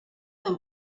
them